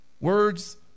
Words